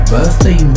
Birthday